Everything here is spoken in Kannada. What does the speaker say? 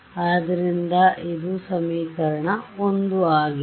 ಆದ್ದರಿಂದ ಇದು ಸಮೀಕರಣ 1 ಆಗಿದೆ